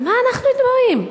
על מה אנחנו מדברים?